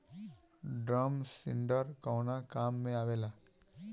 Drum seeder कवने काम में आवेला?